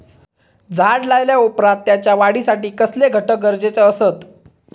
झाड लायल्या ओप्रात त्याच्या वाढीसाठी कसले घटक गरजेचे असत?